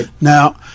Now